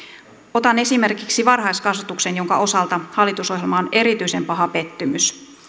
otan esimerkiksi varhaiskasvatuksen jonka osalta hallitusohjelma on erityisen paha pettymys